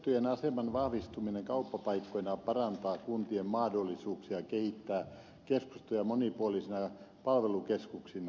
keskustojen aseman vahvistuminen kauppapaikkoina parantaa kuntien mahdollisuuksia kehittää keskustoja monipuolisina palvelukeskuksina